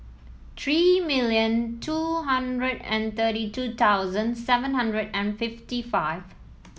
three million two hundred and thirty two thousand seven hundred and fifty five